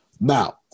Now